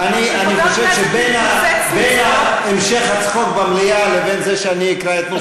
אני חושב שבין המשך הצחוק במליאה לבין זה שאני אקרא את השאילתה,